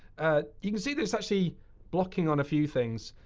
you can see there's actually blocking on a few things.